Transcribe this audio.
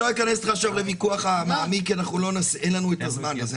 אכנס לוויכוח המעמיק כי אין לנו הזמן הזה.